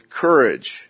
courage